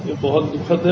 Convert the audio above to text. ये बहुत दुखद है